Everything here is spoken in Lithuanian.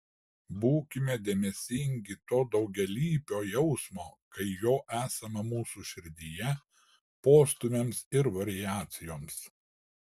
būkime dėmesingi to daugialypio jausmo kai jo esama mūsų širdyje postūmiams ir variacijoms